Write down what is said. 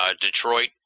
Detroit